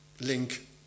link